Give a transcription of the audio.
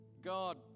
God